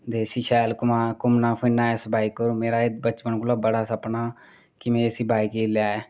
ते इसी शैल घूमना फिरना इस बाइक मेरा एह् बचपन कोलां बड़ा सपनां की में इसी बाइक गी लैं